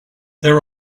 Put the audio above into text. there